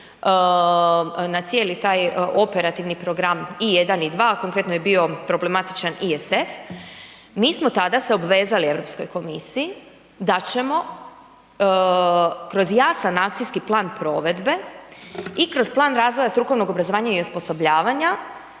na cijeli taj operativni program i 1 i 2, konkretno je bio problematičan ESAF, mi smo tada se obvezali Europskoj komisiji, da ćemo kroz jasan akcijski plan provedbe i kroz plan razvoja strukovnog obrazovanja i osposobljavanja,